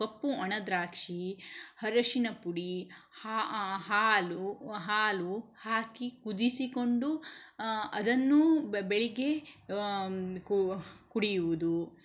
ಕಪ್ಪು ಒಣ ದ್ರಾಕ್ಷಿ ಅರಶಿನ ಪುಡಿ ಹಾ ಹಾಲು ಹಾಲು ಹಾಕಿ ಕುದಿಸಿಕೊಂಡು ಅದನ್ನು ಬೆ ಬೆಳಿಗ್ಗೆ ಕು ಕುಡಿಯುವುದು